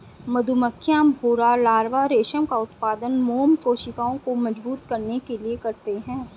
मधुमक्खियां, भौंरा लार्वा रेशम का उत्पादन मोम कोशिकाओं को मजबूत करने के लिए करते हैं